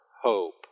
hope